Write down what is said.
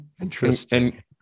Interesting